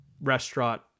restaurant